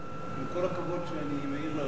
עם כל הכבוד אני מעיר ליושב-ראש,